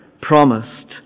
promised